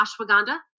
ashwagandha